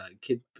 kid